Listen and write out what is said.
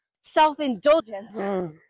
self-indulgence